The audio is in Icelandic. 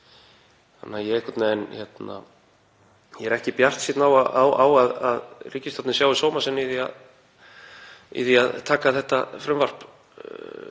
Þannig að ég er ekki bjartsýnn á að ríkisstjórnin sjái sóma sinn í því að taka þetta frumvarp